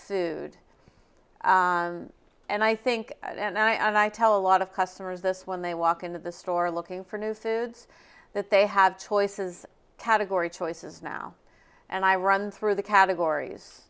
suit and i think and i tell a lot of customers this when they walk into the store looking for new foods that they have choices category choices now and i run through the categories